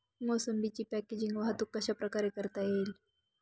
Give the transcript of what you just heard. मोसंबीची पॅकेजिंग वाहतूक कशाप्रकारे करता येईल?